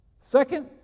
Second